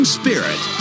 spirit